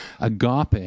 Agape